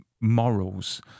morals